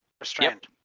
restrained